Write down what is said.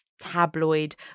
tabloid